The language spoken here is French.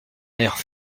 nerfs